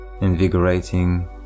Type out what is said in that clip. invigorating